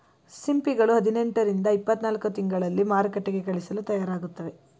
ಸಿಂಪಿಗಳು ಹದಿನೆಂಟು ರಿಂದ ಇಪ್ಪತ್ತನಾಲ್ಕು ತಿಂಗಳಲ್ಲಿ ಮಾರುಕಟ್ಟೆಗೆ ಕಳಿಸಲು ತಯಾರಾಗುತ್ತವೆ